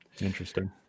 interesting